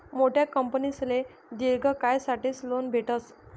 मोठा कंपनीसले दिर्घ कायसाठेच लोन भेटस